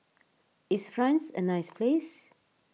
is France a nice place